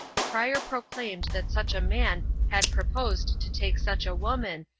the crier proclaimed that such a man had proposed to take such a woman,